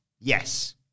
Yes